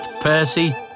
Percy